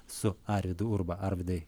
su arvydu urba arvydai